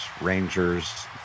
Rangers